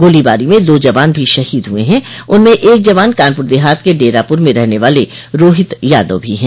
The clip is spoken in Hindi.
गोलीबारी में दो जवान भी शहीद हुए हैं उनमें एक जवान कानपुर देहात के डेरापुर म रहने वाले रोहित यादव भी है